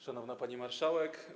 Szanowna Pani Marszałek!